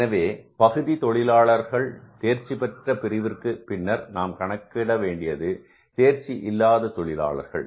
எனவே பகுதி தொழிலாளர் தேர்ச்சிபெற்ற பிரிவிற்கு பின்னர் நாம் கணக்கிட வேண்டியது தேர்ச்சி இல்லாத தொழிலாளர்கள்